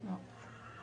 לא.